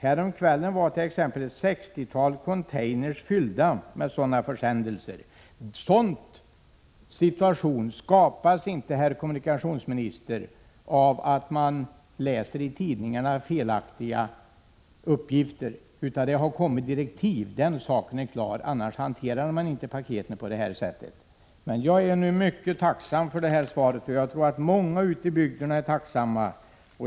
Häromkvällen var t.ex. ett 60-tal containers fyllda med sådana försändelser En sådan situation skapas inte, herr kommunikationsminister, av att man läser felaktiga uppgifter i tidningarna. Det har kommit direktiv, den saken är klar. Annars skulle inte paketen hanteras på detta sätt. Jag är nu, som sagt, mycket tacksam för svaret, och jag tror också att många ute i bygderna är det.